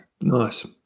nice